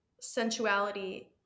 sensuality